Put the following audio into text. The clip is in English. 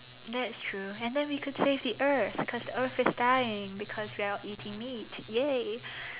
that's true and then we could save the earth because the earth is dying because we are all eating meat !yay!